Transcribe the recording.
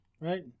Right